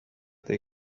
they